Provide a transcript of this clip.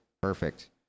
Perfect